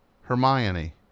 Hermione